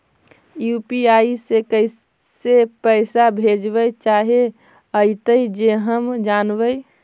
UPI से कैसे पैसा भेजबय चाहें अइतय जे हम जानबय?